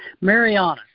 Mariana